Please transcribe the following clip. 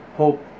hope